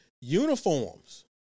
uniforms